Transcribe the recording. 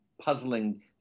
puzzling